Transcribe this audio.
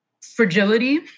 fragility